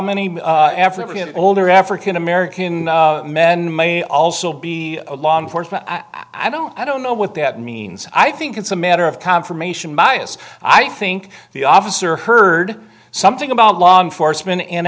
many african older african american men may also be a law enforcement i don't i don't know what that means i think it's a matter of confirmation bias i think the officer heard something about law enforcement and